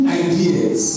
ideas